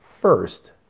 first